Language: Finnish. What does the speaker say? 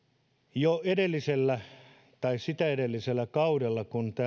jo edellisellä tai sitä edellisellä kaudella kun täällä oli